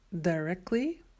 directly